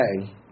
okay